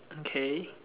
K